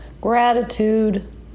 gratitude